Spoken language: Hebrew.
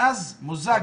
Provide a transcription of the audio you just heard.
מאז מוזג